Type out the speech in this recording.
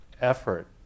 effort